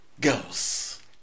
girls